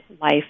life